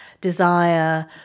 desire